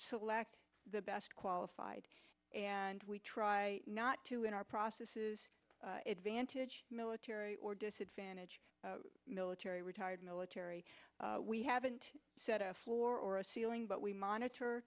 select the best qualified and we try not to in our process advantage military or disadvantage military retired military we haven't set a floor or a ceiling but we monitor